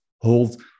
hold